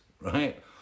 right